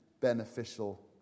beneficial